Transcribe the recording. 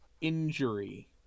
injury